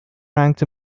ranked